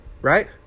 right